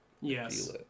Yes